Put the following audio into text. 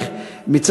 הדבר שבסופו של תהליך,